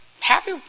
Happy